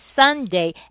Sunday